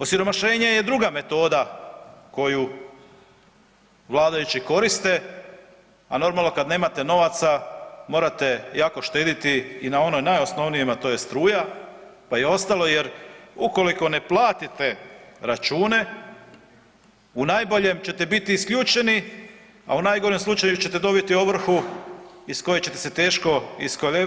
Osiromašenje je druga metoda koju vladajući koriste, a normalno kad nemate novaca morate jako štedjeti i na onom najosnovnijem, a to je struja pa i ostalo jer ukoliko ne platite račune u najboljem ćete biti isključeni, a u najgorem slučaju ćete dobiti ovrhu iz koje ćete se teško